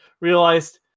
Realized